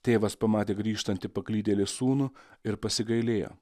tėvas pamatė grįžtantį paklydėlį sūnų ir pasigailėjo